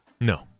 No